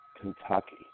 Kentucky